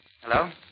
Hello